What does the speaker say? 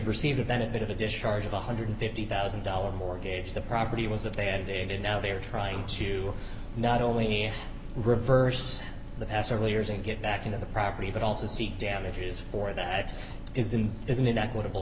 received a benefit of a discharge of one hundred and fifty thousand dollars mortgage the property was that they had dated now they are trying to not only reverse the past several years and get back into the property but also seek damages for that is and isn't an equitable